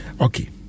Okay